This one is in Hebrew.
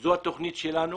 שזו התוכנית שלנו,